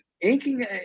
inking